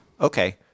okay